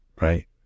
right